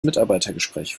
mitarbeitergespräch